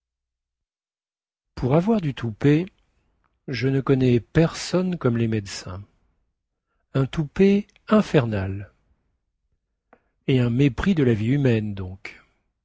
pour avoir du toupet je ne connais personne comme les médecins un toupet infernal et un mépris de la vie humaine donc